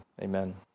Amen